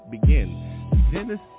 begin